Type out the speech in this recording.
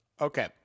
Okay